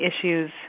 issues